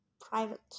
private